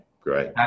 great